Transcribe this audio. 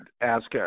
ask